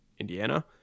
Indiana